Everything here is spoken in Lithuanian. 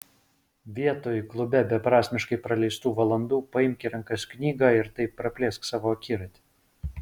vietoj klube beprasmiškai praleistų valandų paimk į rankas knygą ir taip praplėsk savo akiratį